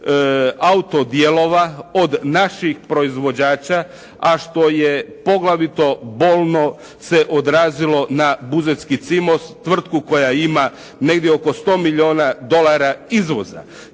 auto dijelova od naših proizvođača, a što je poglavito bolno se odrazilo na Buzetski "Cimos" tvrtku koja ima negdje oko 100 milijuna dolara izvoza.